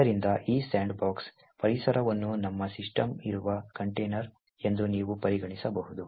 ಆದ್ದರಿಂದ ಈ ಸ್ಯಾಂಡ್ಬಾಕ್ಸ್ ಪರಿಸರವನ್ನು ನಮ್ಮ ಸಿಸ್ಟಮ್ ಇರುವ ಕಂಟೇನರ್ ಎಂದು ನೀವು ಪರಿಗಣಿಸಬಹುದು